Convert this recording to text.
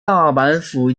大阪府